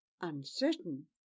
uncertain